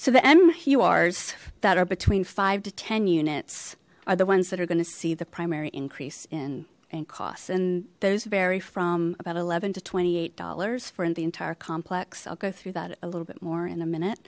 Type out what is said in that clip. so the mu ars that are between five to ten units are the ones that are going to see the primary increase in and costs and those vary from about eleven to twenty eight dollars for in the entire complex i'll go through that a little bit more in a minute